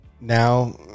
now